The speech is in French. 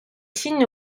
signes